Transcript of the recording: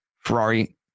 Ferrari